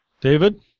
David